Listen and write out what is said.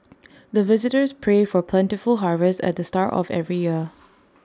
the visitors pray for plentiful harvest at the start of every year